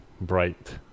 bright